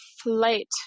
flight